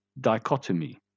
dichotomy